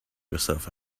yourself